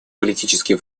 политический